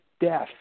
death